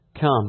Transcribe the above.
come